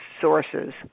sources